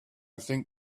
think